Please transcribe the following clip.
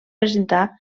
presentar